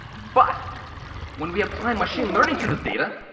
but when we apply machine learning to this data,